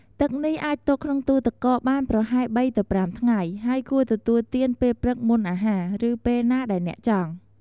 ទឹកនេះអាចទុកក្នុងទូទឹកកកបានប្រហែល ៣-៥ ថ្ងៃ ហើយគួរទទួលទានពេលព្រឹកមុនអាហារ ឬពេលណាដែលអ្នកចង់។